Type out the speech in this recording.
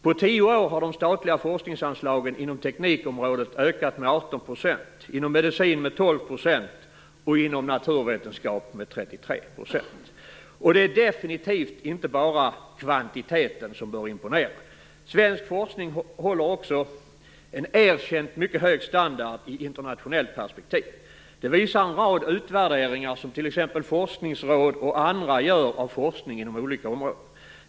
På tio år har de statliga forskningsanslagen inom teknikområdet ökat med 18 %, inom medicin med 12 % och inom naturvetenskap med 33 %. Det är definitivt inte bara kvantiteten som bör imponera. Svensk forskning håller också en erkänt mycket hög standard i internationellt perspektiv. Det visar en rad utvärderingar som t.ex. forskningsråd och andra gör av forskning inom olika områden.